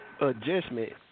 adjustment